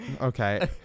okay